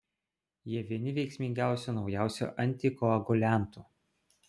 jie vieni veiksmingiausių naujausių antikoaguliantų